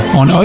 on